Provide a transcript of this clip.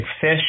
Fish